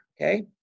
Okay